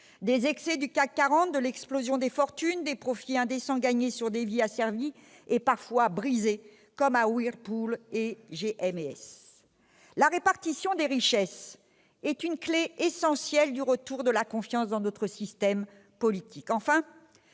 des excès du CAC 40, de l'explosion des fortunes, des profits indécents gagnés sur des vies asservies et parfois brisées, comme chez Whirlpool et GM&S ? La répartition des richesses est une clé essentielle du retour de la confiance dans notre système politique.